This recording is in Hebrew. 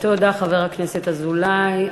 תודה, חבר הכנסת אזולאי.